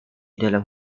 dalam